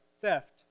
theft